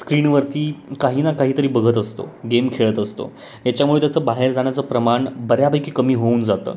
स्क्रीनवरती काही ना काहीतरी बघत असतो गेम खेळत असतो याच्यामुळे त्याचं बाहेर जाण्याचं प्रमाण बऱ्यापैकी कमी होऊन जातं